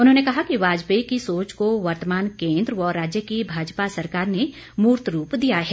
उन्होंने कहा कि वाजपेयी की सोच को वर्तमान केन्द्र व राज्य की भाजपा सरकार ने मूर्त रूप दिया है